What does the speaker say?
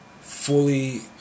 fully